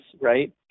right